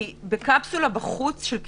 כי בקפסולה בחוץ של כיתה,